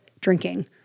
drinking